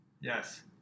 Yes